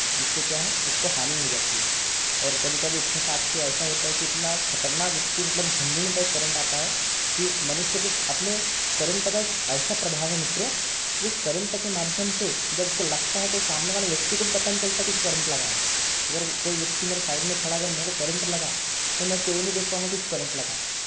जिससे क्या है उसको हानि हो जाती है और कभी कभी इत्तेफाक़ से ऐसा होता है कि इतना खतरनाक इतनी मतलब झनझनी टाइप करेंट आता है कि मनुष्य को अपने करंट का एक ऐसा प्रभाव है मित्रों कि उस करंट के माध्यम से जब उसको लगता है तो सामने वाला व्यक्ति को भी पता नहीं चलता है कि उसको करंट लगा है अगर कोई व्यक्ति मेरे साइड में खड़ा अगर मेरे को करंट लगा तो मैं उसको यह नहीं देख पाऊँगा कि उसको करंट लगा